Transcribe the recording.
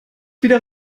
wieder